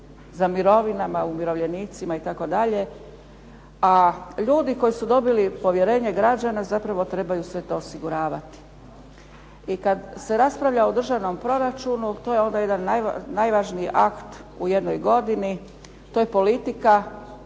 za mirovinama umirovljenicima itd. A ljudi koji su dobili povjerenje građana zapravo trebaju to sve osiguravati. I kada se raspravlja o državnom proračunu, to je jedan najvažniji akt u jednoj godini, to je politika